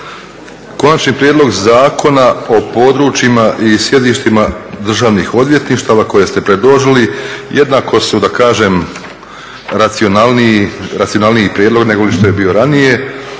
Konačni prijedlog Zakona o područjima i sjedištima državnih odvjetništava koje ste predložili jednako su da kažem racionalniji prijedlog nego što je bio ranije